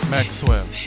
Maxwell